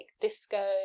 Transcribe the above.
disco